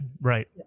Right